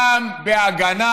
גם בהגנה.